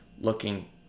looking